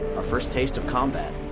our first taste of combat.